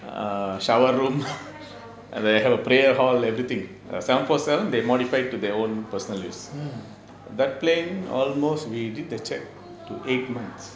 mm